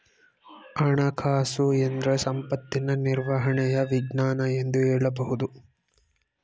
ಹಣಕಾಸುಎಂದ್ರೆ ಸಂಪತ್ತಿನ ನಿರ್ವಹಣೆಯ ವಿಜ್ಞಾನ ಎಂದು ಹೇಳಬಹುದು